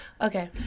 Okay